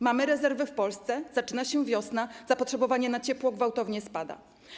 Mamy rezerwę w Polsce, zaczyna się wiosna, zapotrzebowanie na ciepło gwałtownie spada.